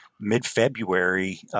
mid-February